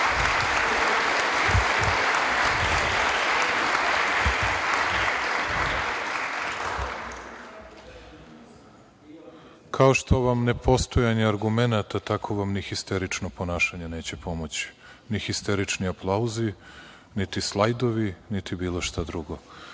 što vam nepostojanje argumenata, tako vam ni histerično ponašanje neće pomoći, ni histerični aplauzi, niti slajdovi, niti bilo šta drugo. Mirno